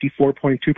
54.2%